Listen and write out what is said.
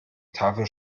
tafel